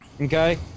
Okay